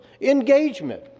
engagement